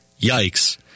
Yikes